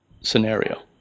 Scenario